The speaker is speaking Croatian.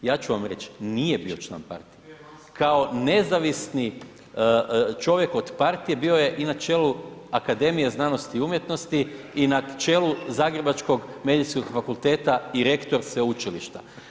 Ja ću vam reći, nije bio član partije, kao nezavisni čovjek od partije bio je i na čelu Akademije znanosti i umjetnosti i na čelu zagrebačkog Medicinskog fakulteta i rektor sveučilišta.